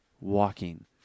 walking